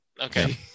okay